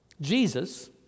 Jesus